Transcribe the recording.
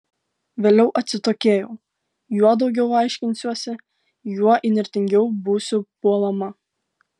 vėliau atsitokėjau juo daugiau aiškinsiuosi juo įnirtingiau būsiu puolama